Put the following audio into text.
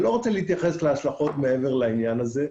אני לא רוצה להתייחס להשלכות מעבר לעניין הזה.